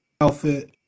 outfit